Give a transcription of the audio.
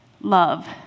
love